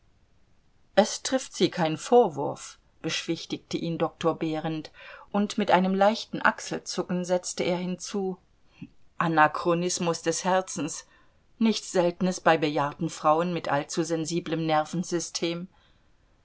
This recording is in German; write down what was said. es trifft sie kein vorwurf beschwichtigte ihn doktor behrend und mit einem leichten achselzucken setzte er hinzu anachronismus des herzens nichts seltenes bei bejahrten frauen mit allzu